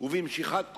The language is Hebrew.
ובמשיכת קולמוסיהם,